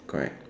correct